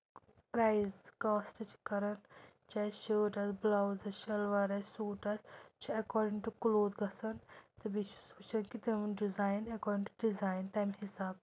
price cost چھِ کَران چاہے شٲٹ آسہِ بٕلاوٕز آسہِ شلوار آسہِ سوٗٹ آسہِ سُہ چھُ اٮ۪کاڈِنٛگ ٹُہ کٕلوتھ گژھان تہٕ بیٚیہِ چھُ سُہ وٕچھان کہِ تِمن ڈِزایِن اٮ۪کاڈِنٛگ ٹُہ ڈِزایِن تَمہِ حِساب